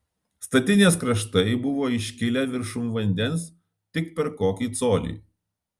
statinės kraštai buvo iškilę viršum vandens tik per kokį colį